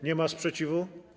Nie ma sprzeciwu?